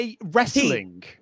wrestling